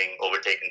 overtaken